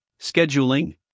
scheduling